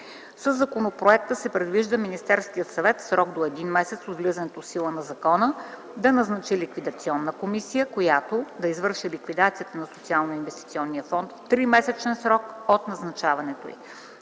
Със законопроекта се предвижда Министерският съвет в срок до 1 месец от влизането в сила на закона да назначи ликвидационна комисия, която да извърши ликвидацията на Социалноинвестиционния фонд в 3-месечен срок от назначаването й.